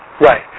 right